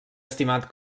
estimat